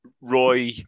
Roy